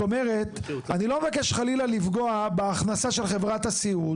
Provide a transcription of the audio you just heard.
אני לא מבקש חלילה לפגוע בהכנסה של חברת הסיעוד